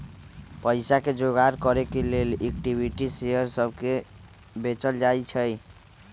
पईसा के जोगार करे के लेल इक्विटी शेयर सभके को बेचल जाइ छइ